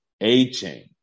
A-chain